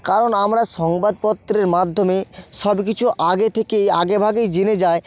কারণ আমরা সংবাদপত্রের মাধ্যমে সব কিছু আগে থেকে আগে ভাগে জেনে যায়